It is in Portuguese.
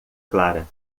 clara